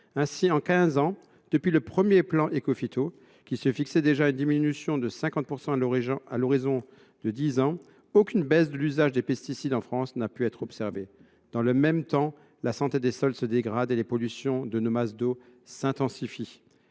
ans après le lancement du premier plan Écophyto, qui visait déjà à une diminution de 50 % à l’horizon de dix ans, aucune baisse de l’usage des pesticides n’a pu en effet être observée. Dans le même temps, la santé des sols se dégrade et les pollutions de nos masses d’eau s’intensifient.